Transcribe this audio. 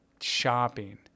shopping